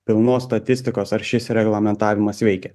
pilnos statistikos ar šis reglamentavimas veikia